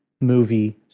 movie